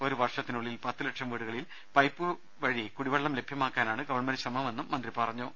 ഒരുവർഷത്തിനുള്ളിൽ പത്തുലക്ഷം വീടുകളിൽ പൈപ്പുവഴി കുടിവെള്ളം ലഭ്യമാക്കാനാണ് ഗവൺമെൻറ് ശ്രമമെന്നും മന്ത്രി പറഞ്ഞു